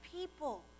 people